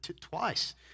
Twice